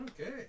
Okay